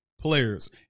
players